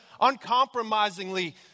uncompromisingly